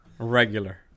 Regular